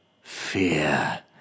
fear